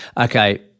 okay